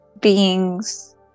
beings